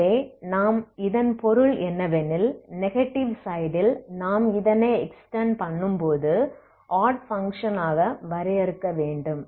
எனவே இதன் பொருள் என்னவெனில் நெகட்டிவ் சைடில் நாம் இதனை எக்ஸ்டெண்ட் பண்ணும்போது ஆட் பங்க்ஷன் ஆக வரையறுக்க வேண்டும்